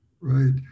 right